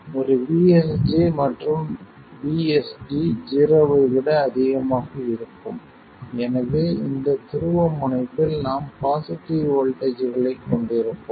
ஒரு VSG மற்றும் VSD ஜீரோவை விட அதிகமாக இருக்கும் எனவே இந்த துருவமுனைப்பில் நாம் பாசிட்டிவ் வோல்ட்டேஜ்களைக் கொண்டிருப்போம்